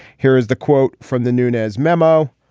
here is the quote from the nunez memo.